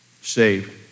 saved